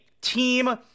team